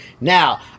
Now